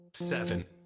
Seven